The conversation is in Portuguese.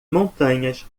montanhas